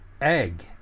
egg